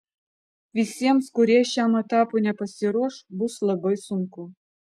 visiems kurie šiam etapui nepasiruoš bus labai sunku